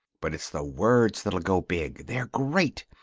but it's the words that'll go big. they're great.